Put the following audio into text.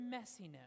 messiness